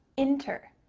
inter,